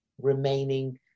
remaining